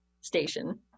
station